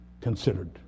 considered